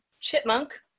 Chipmunk